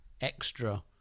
extra